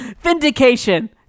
Vindication